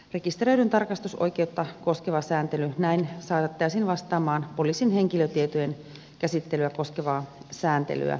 rekisteröidyn tarkastusoikeutta koskeva sääntely saatettaisiin näin vastaamaan poliisin henkilötietojen käsittelyä koskevaa sääntelyä